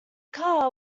car